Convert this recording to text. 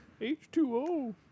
H2O